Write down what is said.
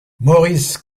maurice